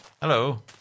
Hello